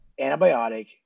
antibiotic